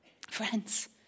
Friends